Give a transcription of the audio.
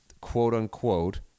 quote-unquote